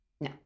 No